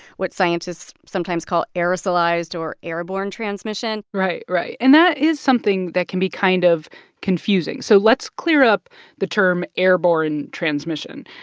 what scientists sometimes call aerosolized or airborne transmission right, right. and that is something that can be kind of confusing. so let's clear up the term airborne transmission.